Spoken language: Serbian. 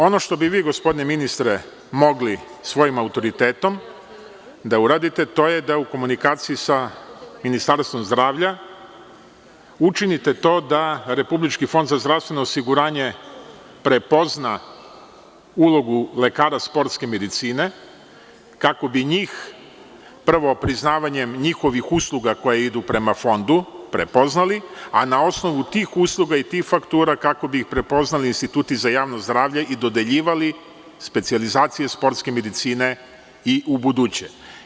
Ono što bi vi gospodine ministre mogli svojim autoritetom da uradite, to je da u komunikaciji sa Ministarstvom zdravlja učiniti to da RFZO prepozna ulogu lekara sportske medicine kako bi njih prvo priznavanjem njihovih usluga koje idu prema fondu prepoznali, a na osnovu tih usluga i tih faktura kako bi ih prepoznali instituti za javno zdravlje i dodeljivali specijalizacije sportske medicine i ubuduće.